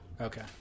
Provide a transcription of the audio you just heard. Okay